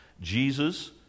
Jesus